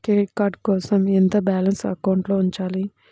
Credit card కోసం ఎంత balance అకౌంట్లో ఉంచాలి?